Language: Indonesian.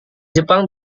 jepang